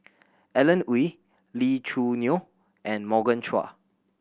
Alan Oei Lee Choo Neo and Morgan Chua